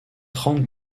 trente